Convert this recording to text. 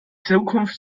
zukunft